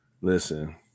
listen